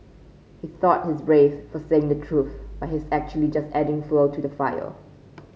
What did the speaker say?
he thought he's brave for saying the truth but he's actually just adding fuel to the fire